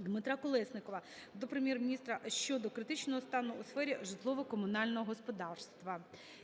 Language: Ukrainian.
Дмитра Колєснікова до Прем'єр-міністра щодо критичного стану у сфері житлово-комунального господарства.